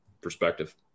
perspective